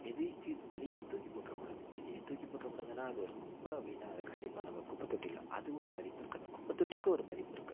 எது இது எதையுமே தூக்கி போட்டுற கூடாது எதையுமே தூக்கி போட்டுற கூடாதுனால் அது ஒரு குப்பை அப்படினா அதை கண்டிப்பாக நம்ம ஒரு குப்பை தொட்டியில் அதுவும் ஒரு மதிப்பு இருக்குது அந்த குப்பை தொட்டிக்கும் ஒரு மதிப்பு இருக்குது